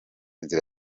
inzira